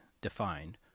defined